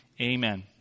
Amen